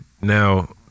Now